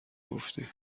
گفتی